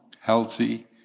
healthy